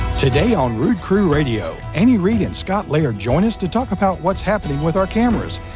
today on rood crew radio, anny reed and scott laird are joining us to talk about what's happening with our cameras,